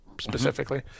specifically